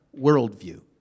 worldview